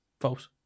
False